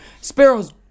Sparrow's